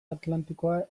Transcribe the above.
atlantikoa